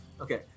Okay